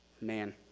Man